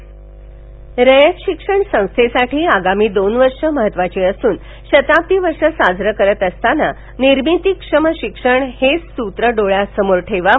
रयतः रयत शिक्षण संस्थेसाठी आगामी दोन वर्षे महत्त्वाची असून शताब्दी वर्षं साजरे करत असताना निर्मितीक्षम शिक्षण हेच सूत्र डोळ्यासमोर ठेवाव